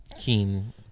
keen